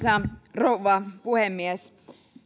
rouva puhemies